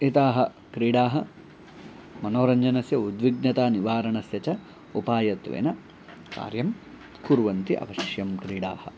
एताः क्रीडाः मनोरञ्जनस्य उद्विग्नता निवारणस्य च उपायत्वेन कार्यं कुर्वन्ति अवश्यम् क्रीडाः